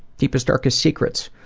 deepest, darkest secrets?